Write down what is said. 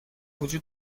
وجود